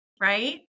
right